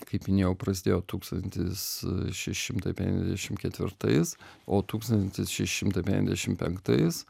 kaip minėjau prasidėjo tūkstantis šeši šimtai penkiasdešimt ketvirtais o tūkstantis šeši šimtai penkiasdešimt penktais